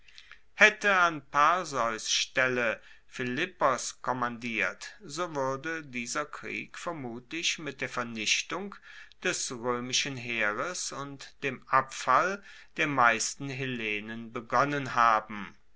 haette an perseus stelle philippos kommandiert so wuerde dieser krieg vermutlich mit der vernichtung des roemischen heeres und dem abfall der meisten hellenen begonnen haben